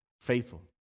Faithful